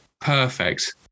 Perfect